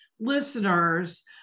listeners